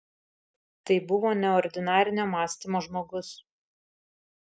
tai buvo neordinarinio mąstymo žmogus